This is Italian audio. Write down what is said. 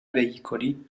veicoli